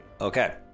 Okay